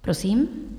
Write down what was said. Prosím.